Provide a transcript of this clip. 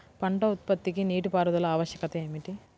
పంట ఉత్పత్తికి నీటిపారుదల ఆవశ్యకత ఏమిటీ?